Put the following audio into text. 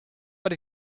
but